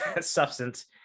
substance